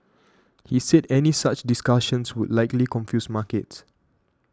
he said any such discussions would likely confuse markets